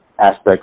aspects